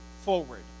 forward